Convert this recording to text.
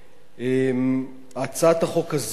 הצעת החוק הזו,